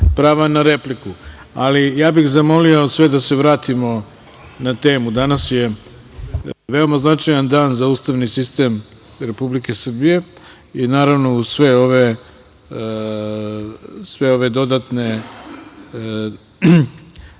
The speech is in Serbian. prava na repliku. Zamolio bih sve da se vratimo na temu. Danas je veoma značajan dan za ustavni sistem Republike Srbije i naravno uz sve ove dodatne